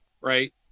Right